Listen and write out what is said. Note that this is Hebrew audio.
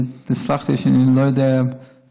ותסלח לי שאני לא יודע בדיוק,